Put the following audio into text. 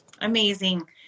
Amazing